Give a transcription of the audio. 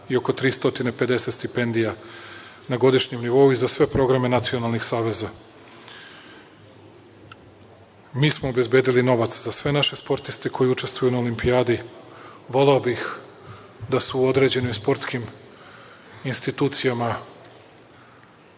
i oko 350 stipendija na godišnjem nivou i za sve programe nacionalnih saveza. Mi smo obezbedili novac za sve naše sportiste koji učestvuju na Olimpijadi. Voleo bih da su u određenim sportskim institucijama